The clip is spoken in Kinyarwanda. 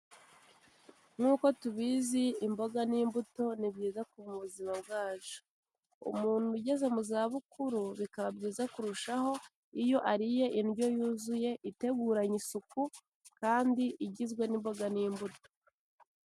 Nkuko tubizi imboga n'imbuto ni byiza ku buzima bwacu. Umuntu ugeze mu za bukuru bikaba byiza kurushaho iyo ariye indyo yuzuye iteguranye isuku kandi igizwe n'imboga n'imbuto.